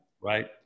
Right